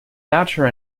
thatcher